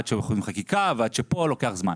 עד שהולכים לחקיקה ועד שפה לוקח זמן.